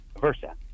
Versa